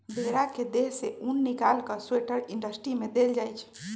भेड़ा के देह से उन् निकाल कऽ स्वेटर इंडस्ट्री में देल जाइ छइ